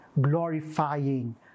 glorifying